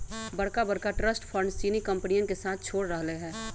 बड़का बड़का trust funds चीनी कंपनियन के साथ छोड़ रहले है